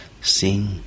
Sing